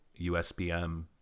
USBM